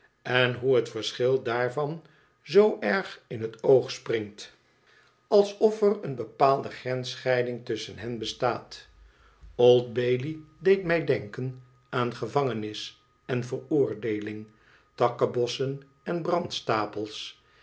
en hoe het verschil daarvan zoo erg in het oog springt alsof er eene bepaalde grensscheiding tusschen hen bestaat old bailey deed mij denken aan gevangenis en veroordeeling takkebossen en brandstapels